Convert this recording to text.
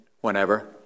whenever